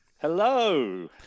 Hello